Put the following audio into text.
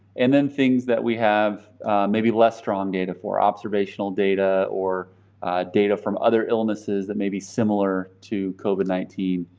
and then things that we have maybe less strong data for observational data or data from other illnesses that may be similar to covid nineteen.